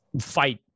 fight